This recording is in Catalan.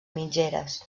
mitgeres